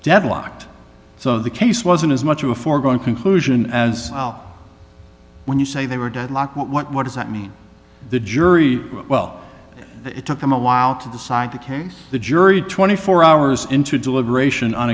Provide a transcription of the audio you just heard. deadlocked so the case wasn't as much of a foregone conclusion as when you say they were deadlocked what does that mean the jury well it took them a while to decide the case the jury twenty four hours into deliberation on